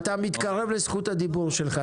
אתה מתקרב לזכות הדיבור שלך,